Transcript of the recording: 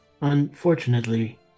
Unfortunately